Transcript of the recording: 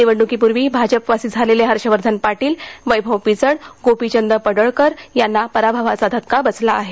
निवडणुकीपूर्वी भाजपवासी झालेले हर्षवर्धन पाटील वैभव पिचड गोपीचंद पडळकर यांना पराभवाचा धक्का बसला आहे